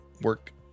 work